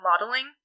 modeling